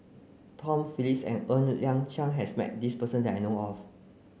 Tom Phillips and Ng Liang Chiang has met this person that I know of